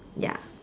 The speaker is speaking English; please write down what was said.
ya